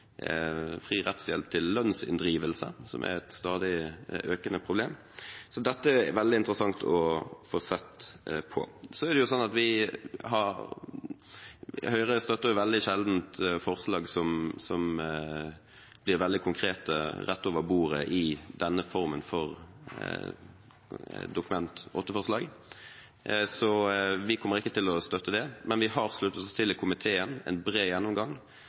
fri rettshjelp til lønnsinndrivelse, som er et stadig økende problem. Så dette er veldig interessant å få sett på. Høyre støtter veldig sjelden forslag som blir veldig konkrete, rett over bordet, i denne formen for Dokument 8-forslag, så vi kommer ikke til å støtte det, men i komiteen har vi sluttet oss til en bred gjennomgang.